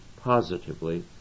positively